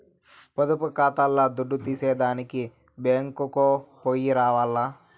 పొదుపు కాతాల్ల దుడ్డు తీసేదానికి బ్యేంకుకో పొయ్యి రావాల్ల